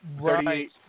Right